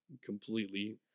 completely